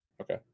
Okay